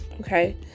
Okay